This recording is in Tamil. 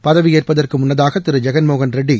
பதவியேற்பதற்கு முன்னதாக திரு ஜெகன்மோகன்ரெட்டி